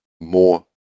more